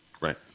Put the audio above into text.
right